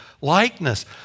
likeness